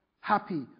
happy